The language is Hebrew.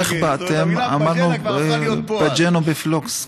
הסימולטני: פגי'נה בלפלוקס,